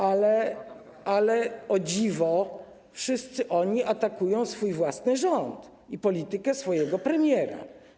Ale o dziwo wszyscy oni atakują swój własny rząd i politykę swojego premiera.